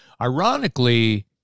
Ironically